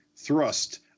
Thrust